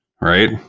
right